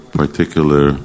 particular